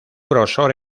grosor